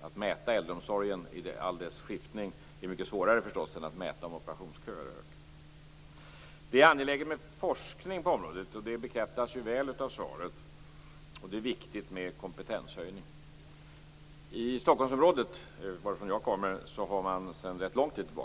Att mäta äldreomsorgen i alla dess skiftningar är förstås mycket svårare än att mäta om operationsköerna har blivit längre. Det är angeläget med forskning på området. Det bekräftas av svaret. Och det är viktigt med kompetenshöjning. I Stockholmsområdet, som jag kommer från, har